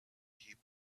heap